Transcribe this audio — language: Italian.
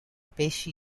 pesci